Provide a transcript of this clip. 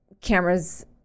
cameras